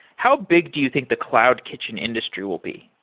how big do you think the cloud kitchen industry will be?